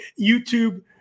YouTube